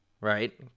right